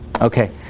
Okay